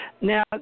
Now